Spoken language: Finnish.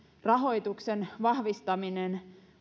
rahoituksen vahvistaminen